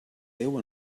déu